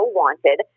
wanted